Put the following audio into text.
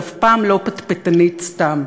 אבל אף פעם לא פטפטנית סתם.